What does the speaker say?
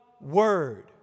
word